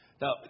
Now